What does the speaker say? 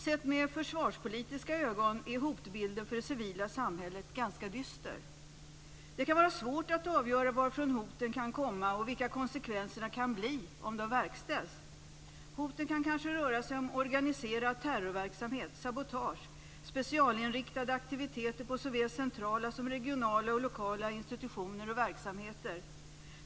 Sett med försvarspolitiska ögon är hotbilden för det civila samhället ganska dyster. Det kan vara svårt att avgöra varifrån hoten kan komma och vilka konsekvenserna kan bli om de verkställs. Hoten kan kanske röra sig om organiserad terrorverksamhet, sabotage och specialinriktade aktiviteter mot såväl centrala som regionala och lokala institutioner och verksamheter.